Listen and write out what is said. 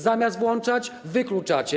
Zamiast włączać, wykluczacie.